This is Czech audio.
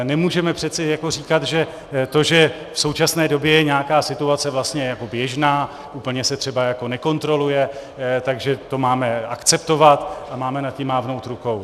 Nemůžeme přeci jako říkat, že to, že v současné době je nějaká situace vlastně jako běžná, úplně se třeba jako nekontroluje, tak že to máme akceptovat a máme nad tím mávnout rukou.